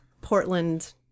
Portland